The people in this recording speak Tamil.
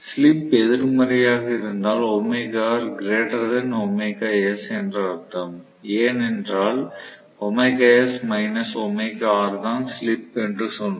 ஸ்லிப் எதிர்மறையாக இருந்தால் என்று அர்த்தம் ஏனென்றால் தான் ஸ்லிப் என்று சொன்னோம்